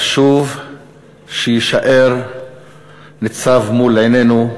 חשוב שיישאר לצו מול עינינו,